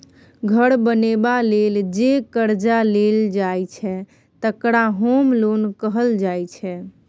घर बनेबा लेल जे करजा लेल जाइ छै तकरा होम लोन कहल जाइ छै